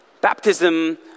baptism